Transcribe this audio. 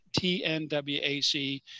TNWAC